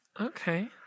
Okay